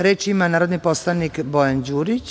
Reč ima narodni poslanik Bojan Đurić.